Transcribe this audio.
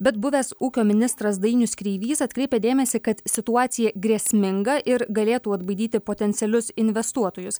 bet buvęs ūkio ministras dainius kreivys atkreipia dėmesį kad situacija grėsminga ir galėtų atbaidyti potencialius investuotojus